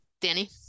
Danny